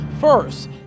first